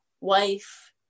wife